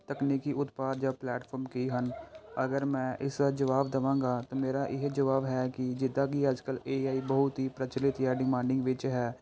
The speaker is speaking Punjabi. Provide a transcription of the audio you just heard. ਤਕਨੀਕੀ ਉਤਪਾਦ ਜਾਂ ਪਲੇਟਫਾਰਮ ਕੀ ਹਨ ਅਗਰ ਮੈਂ ਇਸ ਜਵਾਬ ਦੇਵਾਂਗਾ ਅਤੇ ਮੇਰਾ ਇਹ ਜਵਾਬ ਹੈ ਕਿ ਜਿੱਦਾਂ ਕਿ ਅੱਜ ਕੱਲ੍ਹ ਏ ਆਈ ਬਹੁਤ ਹੀ ਪ੍ਰਚਲਿਤ ਜਾਂ ਡਿਮਾਡਨਿੰਗ ਵਿੱਚ ਹੈ